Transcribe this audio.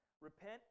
Repent